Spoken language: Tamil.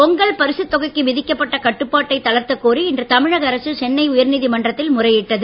பொங்கல் பரிசுத் தொகைக்கு விதிக்கப்பட்ட கட்டுப்பாட்டை தளர்த்தக் கோரி இன்று தமிழக அரசு சென்னை உயர்நீதிமன்றத்தில் முறையிட்டது